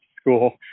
school